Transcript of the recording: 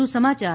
વધુ સમાચાર